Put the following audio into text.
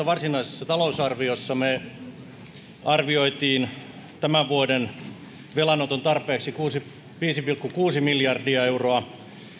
varsinaisessa talousarviossa me arvioimme tämän vuoden velanoton tarpeeksi viisi pilkku kuusi miljardia euroa